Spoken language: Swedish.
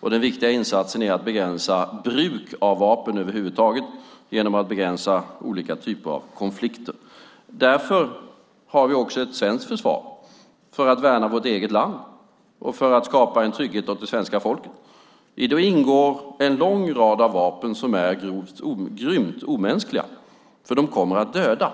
Den viktiga insatsen är därför att begränsa bruket av vapen över huvud taget genom att begränsa olika typer av konflikter. Vi har ett svenskt försvar för att värna vårt eget land och skapa trygghet för det svenska folket. I det ingår en lång rad vapen som är grymt omänskliga, eftersom de kommer att döda.